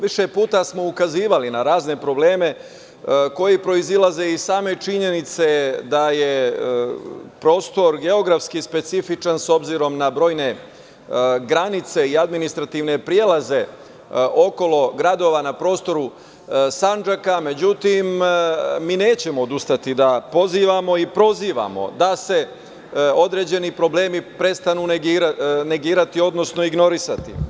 Više puta smo ukazivali na razne probleme koji proizilaze iz same činjenice da je prostor geografski specifičan, s obzirom na brojne granice i administrativne prilaze okolo gradova na prostoru Sandžaka, međutim mi nećemo odustati da pozivamo i prozivamo da se određeni problemi prestanu negirati, odnosno ignorisati.